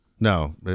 No